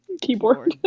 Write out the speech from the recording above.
keyboard